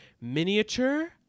Miniature